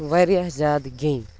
واریاہ زیادٕ گیٚنۍ